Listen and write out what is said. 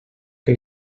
que